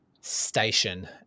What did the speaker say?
station